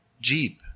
Jeep